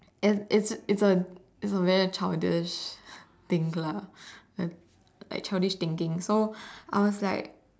and it's it's a it's a very childish thing lah llike like childish thinking so I was like